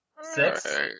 Six